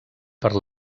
per